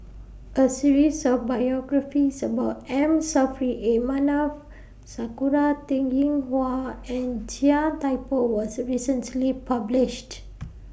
A series of biographies about M Saffri A Manaf Sakura Teng Ying Hua and Chia Thye Poh was recently published